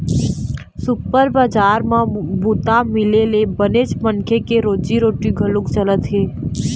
super बजार म बूता मिले ले बनेच मनखे के रोजी रोटी घलोक चलत हे